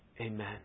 Amen